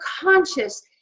conscious